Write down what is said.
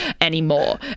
anymore